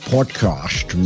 Podcast